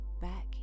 back